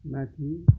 माथि